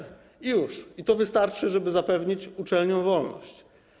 I już, i to wystarczy, żeby zapewnić uczelniom wolność.